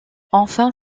enfin